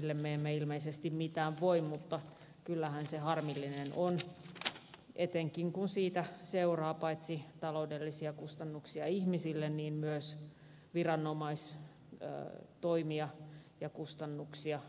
tulee direktiivistä me emme ilmeisesti mitään voi mutta kyllähän se harmillinen on etenkin kun siitä seuraa paitsi taloudellisia kustannuksia ihmisille myös viranomaistoimia ja kustannuksia yhteiskunnalle